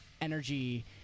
energy